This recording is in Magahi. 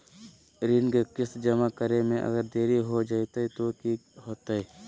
ऋण के किस्त जमा करे में अगर देरी हो जैतै तो कि होतैय?